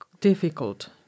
difficult